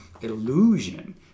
illusion